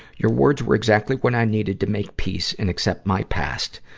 your words were exactly what i needed to make peace and accept my past.